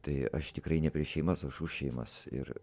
tai aš tikrai ne prieš šeimas aš už šeimas ir